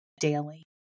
daily